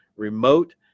remote